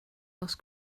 lost